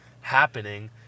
happening